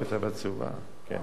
כתבה צהובה, כן.